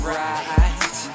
right